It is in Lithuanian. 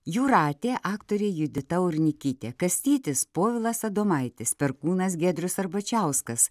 jūratė aktorė judita urnikytė kastytis povilas adomaitis perkūnas giedrius arbačiauskas